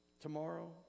Tomorrow